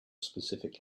specific